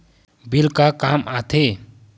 Bill का काम आ थे?